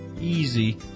easy